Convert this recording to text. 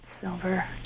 Silver